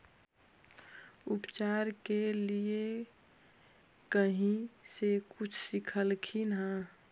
उपचार के लीये कहीं से कुछ सिखलखिन हा?